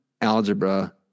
algebra